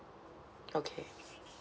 okay